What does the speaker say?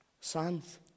Sons